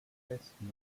besten